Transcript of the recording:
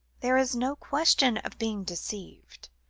there is no question of being deceived.